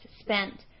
spent